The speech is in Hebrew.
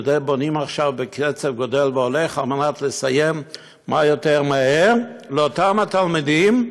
ובונים עכשיו בקצב גדל והולך כדי לסיים מה יותר מהר לאותם תלמידים,